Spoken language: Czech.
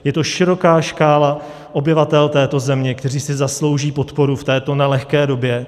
Je to široká škála obyvatel této země, kteří si zaslouží podporu v této nelehké době.